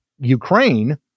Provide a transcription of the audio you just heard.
Ukraine